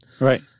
Right